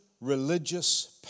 religious